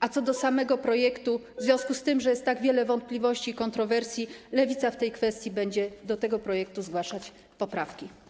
A co do samego projektu, to w związku z tym, że jest tak wiele wątpliwości i kontrowersji, Lewica w tej kwestii będzie do tego projektu zgłaszać poprawki.